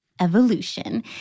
Evolution